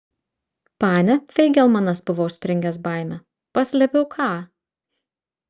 pane feigelmanas buvo užspringęs baime paslėpiau ką